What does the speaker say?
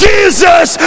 Jesus